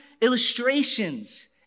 illustrations